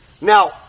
Now